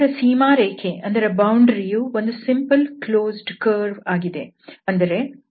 ಅದರ ಸೀಮಾರೇಖೆ ಯು ಒಂದು ಸಿಂಪಲ್ ಕ್ಲೋಸ್ಡ್ ಕರ್ವ್ ಆಗಿದೆ